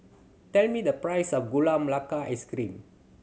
tell me the price of Gula Melaka Ice Cream